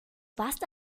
warst